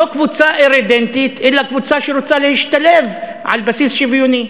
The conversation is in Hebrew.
לא קבוצה אירידנטית אלא קבוצה שרוצה להשתלב על בסיס שוויוני.